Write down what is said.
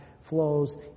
flows